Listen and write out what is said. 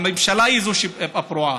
הממשלה היא זאת הפרועה,